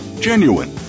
genuine